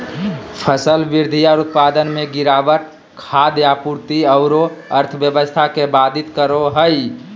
फसल वृद्धि और उत्पादन में गिरावट खाद्य आपूर्ति औरो अर्थव्यवस्था के बाधित करो हइ